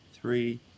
Three